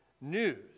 news